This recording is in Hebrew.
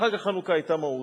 לחג החנוכה היתה מהות.